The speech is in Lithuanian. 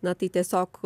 na tai tiesiog